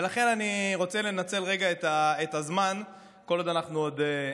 ולכן אני רוצה לנצל רגע את הזמן כל עוד אנחנו קשובים